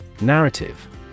Narrative